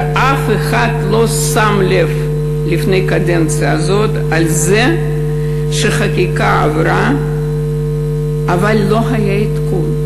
שאף אחד לא שם לב לפני הקדנציה הזאת לזה שהחקיקה עברה אבל לא היה עדכון.